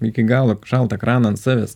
iki galo šaltą kraną ant savęs